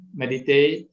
meditate